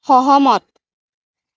সহমত